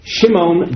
Shimon